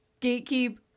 Gatekeep